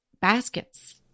Baskets